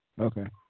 Okay